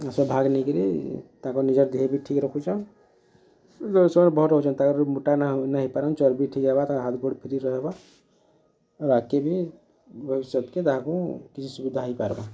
ସବ୍ ଭାଗ୍ ନେଇକରି ତାଙ୍କର୍ ନିଜର୍ ଦେହକେ ଠିକ୍ ରଖୁଛନ୍ ବାହାର ରହସନ୍ ମୋଟା ନେଇ ହେଇପାରବେ ହାତ୍ ଗୋଡ଼୍ ଠିକ୍ ରହେବା ଆର୍ ଆଗକେ ବି ଭବିଷ୍ୟତକେ ତାହାକୁ ଦାହି ପାର୍ବା